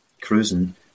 cruising